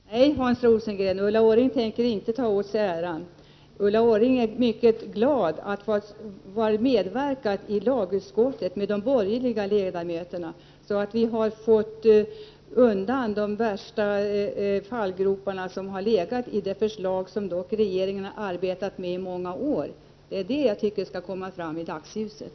Herr talman! Nej, Hans Rosengren, Ulla Orring tänker inte ta åt sig äran. Ulla Orring är mycket glad över att tillsammans med de borgerliga ledamöterna ha medverket i lagutskottet till att vi har undanröjt de värsta fallgroparna i det förslag som regeringen dock hade arbetat med i många år. Det är det jag tycker skall komma fram i dagsljuset.